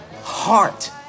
heart